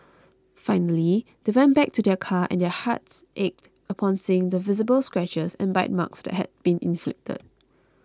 finally they went back to their car and their hearts ached upon seeing the visible scratches and bite marks that had been inflicted